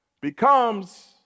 becomes